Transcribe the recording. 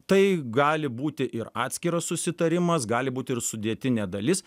tai gali būti ir atskiras susitarimas gali būt ir sudėtinė dalis